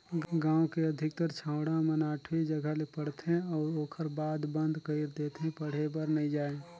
गांव के अधिकार छौड़ा मन आठवी जघा ले पढ़थे अउ ओखर बाद बंद कइर देथे पढ़े बर नइ जायें